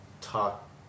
talk